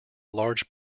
large